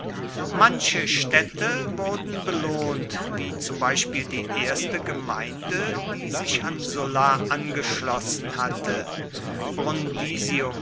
manche städte wurden belohnt wie zum beispiel die erste gemeinde die sich an sulla angeschlossen hatte